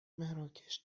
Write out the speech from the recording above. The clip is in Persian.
مراکش